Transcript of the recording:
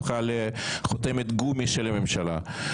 הפכה לחותמת גומי של הממשלה,